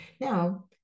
Now